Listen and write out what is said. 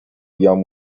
بیام